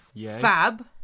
Fab